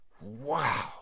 Wow